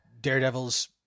Daredevil's